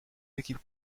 équipes